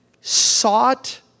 sought